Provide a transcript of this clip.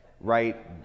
right